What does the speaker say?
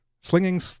Slinging